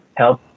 help